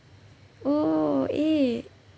oh eh